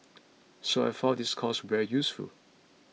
so I find this course very useful